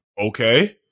Okay